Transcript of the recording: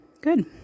Good